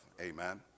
amen